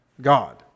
God